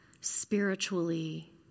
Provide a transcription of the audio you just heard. spiritually